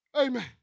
Amen